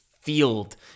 field